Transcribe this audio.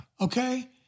Okay